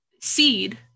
seed